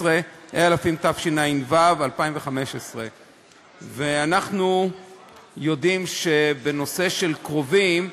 16), התשע"ו 2015. אנחנו יודעים שבנושא של קרובים,